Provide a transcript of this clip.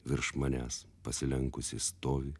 virš manęs pasilenkusi stovi